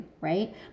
right